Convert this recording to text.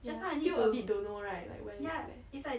ya still a bit don't know right like where is where